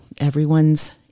Everyone's